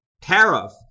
tariff